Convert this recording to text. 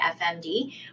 FMD